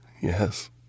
yes